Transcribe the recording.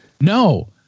No